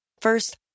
First